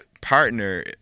partner